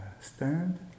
stand